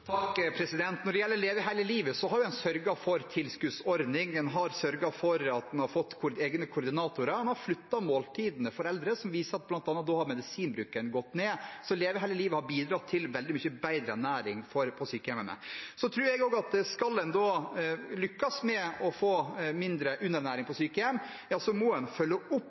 Når det gjelder Leve hele livet, har en jo sørget for en tilskuddsordning, en har sørget for at en har fått egne koordinatorer, en har flyttet måltidene for eldre, som bl.a. viser at da har medisinbruken gått ned. Så Leve hele livet har bidratt til veldig mye bedre ernæring på sykehjemmene. Jeg tror også at skal en lykkes med å få mindre underernæring på sykehjem, må en følge opp